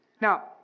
Now